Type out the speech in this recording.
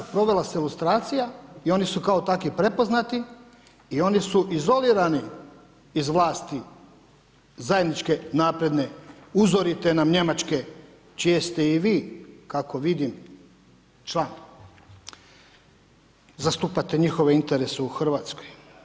Provela se lustracija i oni su kao taki prepoznati i oni su izolirani iz vlasti zajedničke napredne uzorite nam Njemačke čije ste i vi kako vidim član, zastupate njihove interese u Hrvatskoj.